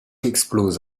explose